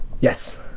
Yes